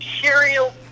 material